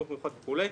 חינוך מיוחד וכולי,